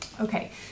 Okay